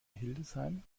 hildesheim